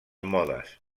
modes